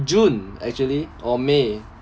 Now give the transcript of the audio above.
june actually or may